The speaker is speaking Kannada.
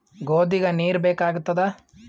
ಗೋಧಿಗ ನೀರ್ ಬೇಕಾಗತದ?